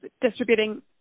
distributing